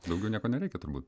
daugiau nieko nereikia turbūt